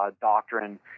doctrine